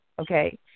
okay